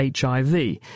HIV